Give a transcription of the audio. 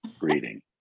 reading